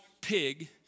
pig